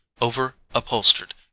over-upholstered